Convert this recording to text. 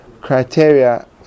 criteria